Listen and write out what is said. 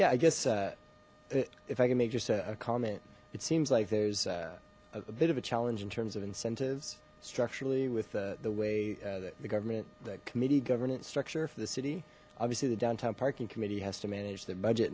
yeah i guess if i can make just a comment it seems like there's a bit of a challenge in terms of incentives structurally with the way the government the committee governance structure for the city obviously the downtown parking committee has to manage their budget